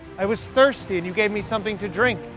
i was thirsty and you gave me something to drink.